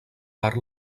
part